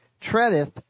treadeth